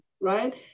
right